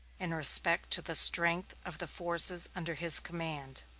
in respect to the strength of the forces under his command.